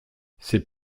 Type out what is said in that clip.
ces